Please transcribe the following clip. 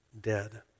dead